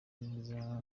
neza